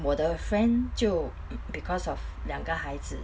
我的 friend 就 because of 两个孩子